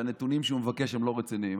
שהנתונים שהוא מבקש הם לא רציניים.